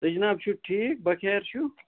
تُہۍ جِناب چھُو ٹھیٖک بَخیر چھِوِ